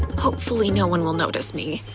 hopefully no one will notice me.